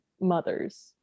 mothers